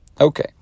Okay